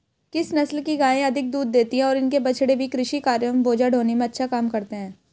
किस नस्ल की गायें अधिक दूध देती हैं और इनके बछड़े भी कृषि कार्यों एवं बोझा ढोने में अच्छा काम करते हैं?